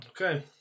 Okay